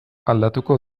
aldatuko